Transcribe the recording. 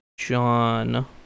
John